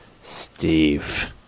Steve